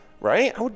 right